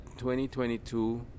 2022